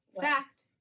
Fact